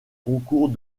concours